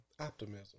optimism